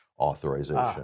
authorization